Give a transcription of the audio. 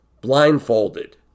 blindfolded